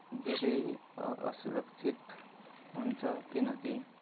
धेरै असुरक्षित हुन्छ किनकि